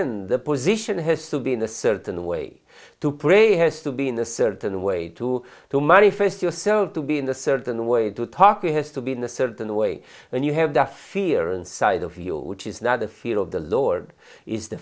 stand the position has to be in a certain way to pray has to be in a certain way to to manifest yourself to be in a certain way to talk it has to be in a certain way and you have that fear inside of you which is not the feel of the lord is the